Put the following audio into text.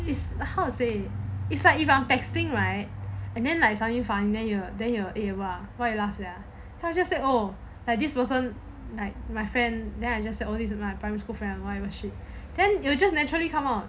is how to say it's like if I'm texting right and then like suddenly fun then you then I say eh why you laugh sia then I say oh like this person like my friend then I just said all this is my primary school friend and all whatever shit then it will just naturally come out